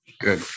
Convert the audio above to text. Good